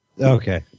Okay